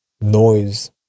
noise